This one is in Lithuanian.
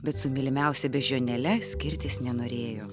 bet su mylimiausia beždžionėle skirtis nenorėjo